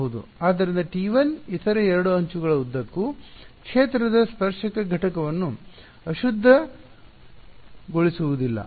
ಆದ್ದರಿಂದ T1 ಇತರ 2 ಅಂಚುಗಳ ಉದ್ದಕ್ಕೂ ಕ್ಷೇತ್ರದ ಸ್ಪರ್ಶಕ ಘಟಕವನ್ನು ಅಶುದ್ಧಭ್ರಷ್ಟಗೊಳಿಸುವುದಿಲ್ಲ